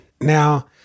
Now